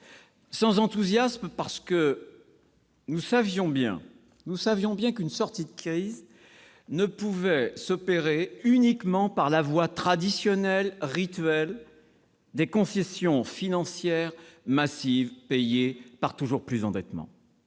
sans enthousiasme, parce que nous savions bien qu'une sortie de crise ne pouvait pas s'opérer uniquement par la voie traditionnelle, rituelle, des concessions financières massives payées par toujours plus d'endettement.